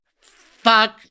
fuck